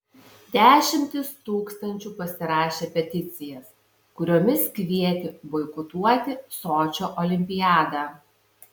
dešimtys tūkstančių pasirašė peticijas kuriomis kvietė boikotuoti sočio olimpiadą